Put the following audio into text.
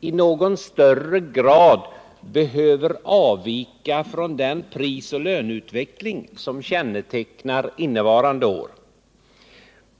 i någon högre grad behöver avvika från den prisoch löneutveckling som kännetecknar innevarande år.